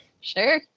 Sure